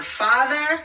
father